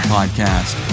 Podcast